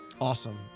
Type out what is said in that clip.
Awesome